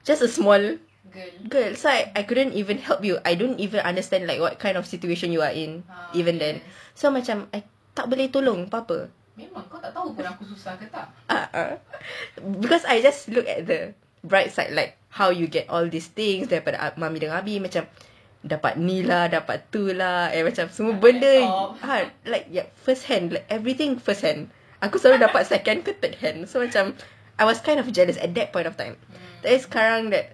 just a small girl so I couldn't even help you I don't even understand like what kind of situation you are in even then so macam I tak boleh tak tolong apa-apa because I just look at the bright side like how you get all these things daripada mami dan abi macam dapat ni dapat tu macam semua benda everything first hand aku selalu dapat second or third hand aku macam I was kind of jealous at that point of time tapi that